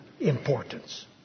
importance